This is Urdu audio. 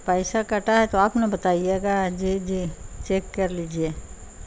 پیسہ کٹا ہے تو آپ نے بتائیے گا جی جی چیک کر لیجیے